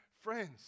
friends